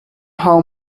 how